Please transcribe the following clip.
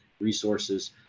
resources